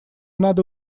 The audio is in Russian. надо